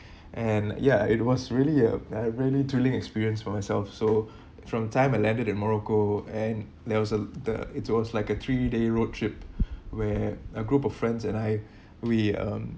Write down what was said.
and ya it was really uh a thrilling experience for myself so from time I'm landed in morocco and there was a the it was like a three day road trip where a group of friends and I we um